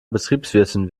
betriebswirtin